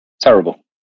Terrible